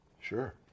Sure